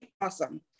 Awesome